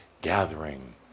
gathering